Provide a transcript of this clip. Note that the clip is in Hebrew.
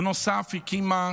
בנוסף, הקימה